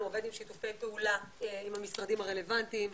עובד בשיתופי פעולה עם המשרדים הרלוונטיים,